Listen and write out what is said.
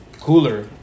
cooler